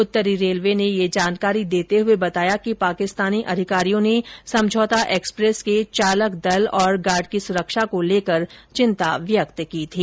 उत्तरी रेलवे ने यह जानकारी देते हुए बताया कि पाकिस्तानी अधिकारियों ने समझौता एक्स्प्रेस के चालक दल और गार्ड की सुरक्षा को लेकर चिंता व्यक्त की थी